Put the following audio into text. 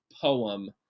poem